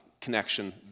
connection